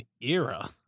era